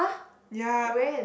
ya